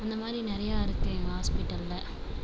அந்த மாதிரி நிறையா இருக்குது ஹாஸ்பிட்டலில்